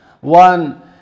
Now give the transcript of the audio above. one